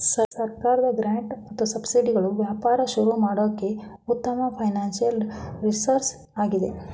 ಸರ್ಕಾರದ ಗ್ರಾಂಟ್ ಮತ್ತು ಸಬ್ಸಿಡಿಗಳು ವ್ಯಾಪಾರ ಶುರು ಮಾಡೋಕೆ ಉತ್ತಮ ಫೈನಾನ್ಸಿಯಲ್ ರಿಸೋರ್ಸ್ ಆಗಿದೆ